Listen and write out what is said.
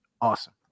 Awesome